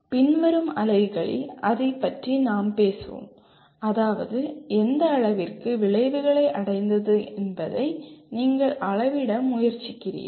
பின்வரும் அலகுகளில் அதைப் பற்றி நாம் பேசுவோம் அதாவது எந்த அளவிற்கு விளைவுகளை அடைந்தது என்பதை நீங்கள் அளவிட முயற்சிக்கிறீர்கள்